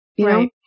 Right